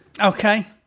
okay